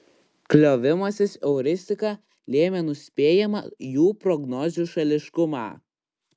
kliovimasis euristika lėmė nuspėjamą jų prognozių šališkumą